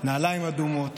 נעליים אדומות.